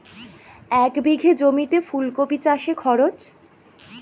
এক বিঘে জমিতে ফুলকপি চাষে খরচ?